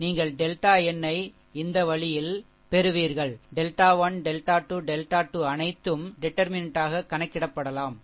நீங்கள் delta n ஐ இந்த வழியில் பெறுவீர்கள் டெல்டா 1 டெல்டா 2 டெல்டா 2 அனைத்தும் டிடர்மினென்ட் ஆக கணக்கிடப்படலாம் சரி